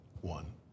one